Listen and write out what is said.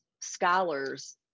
scholars